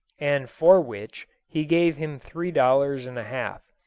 and for which he gave him three dollars and a half.